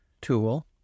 tool